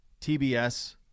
TBS